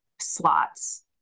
slots